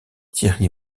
thierry